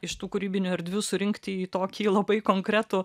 iš tų kūrybinių erdvių surinkti į tokį labai konkretų